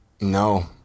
No